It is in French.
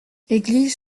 église